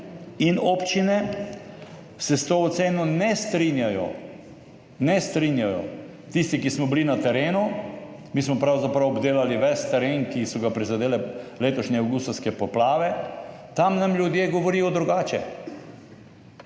in občine se s to oceno ne strinjajo. Tisti, ki smo bili na terenu. Mi smo pravzaprav obdelali ves teren, ki so ga prizadele letošnje avgustovske poplave, tam nam ljudje govorijo drugače.